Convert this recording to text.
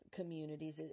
Communities